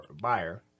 buyer